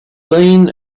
seen